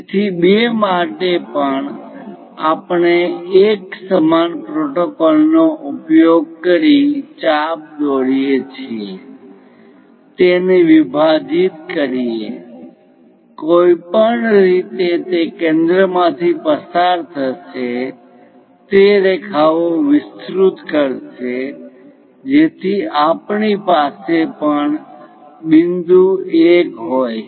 તેથી 2 માટે પણ આપણે એક સમાન પ્રોટોકોલનો ઉપયોગ કરી ચાપ દોરીએ છીએ તેને વિભાજીત કરીએ કોઈપણ રીતે તે કેન્દ્રમાંથી પસાર થશે તે રેખા ઓ વિસ્તૃત કરશે જેથી આપણી પાસે પણ બિંદુ 1 હોય